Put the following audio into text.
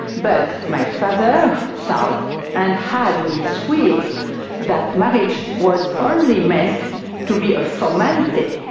but my father thought and had me swear that marriage was only meant to be a formality,